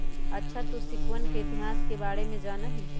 अच्छा तू सिक्कवन के इतिहास के बारे में जाना हीं?